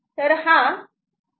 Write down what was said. Refer Time 2004